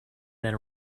than